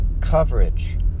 coverage